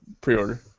pre-order